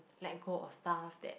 like go of stuff that